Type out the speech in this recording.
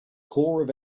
corp